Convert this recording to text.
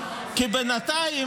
כי בינתיים,